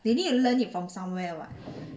they need to learn it from somewhere [what]